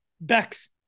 becks